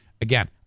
Again